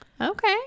Okay